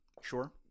Sure